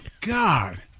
God